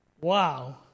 wow